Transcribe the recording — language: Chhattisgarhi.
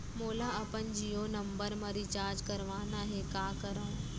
मोला अपन जियो नंबर म रिचार्ज करवाना हे, का करव?